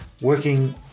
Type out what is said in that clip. working